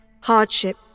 hardship